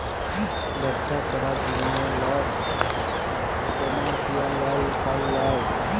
ব্যবছা ক্যরার জ্যনহে লক কমার্শিয়াল লল সল লেয়